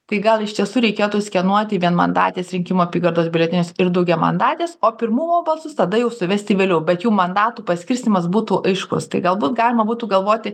tai gal iš tiesų reikėtų skenuoti vienmandatės rinkimų apygardos biuletenius ir daugiamandatės o pirmumo balsus tada jau suvesti vėliau bet jau mandatų paskirstymas būtų aiškus tai galbūt galima būtų galvoti